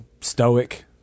stoic